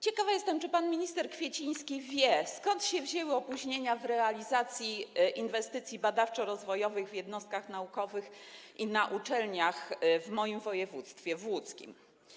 Ciekawa jestem, czy pan minister Kwieciński wie, skąd się wzięły opóźnienia w realizacji inwestycji badawczo-rozwojowych w jednostkach naukowych i na uczelniach w moim województwie, w łódzkim.